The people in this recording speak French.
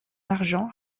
argent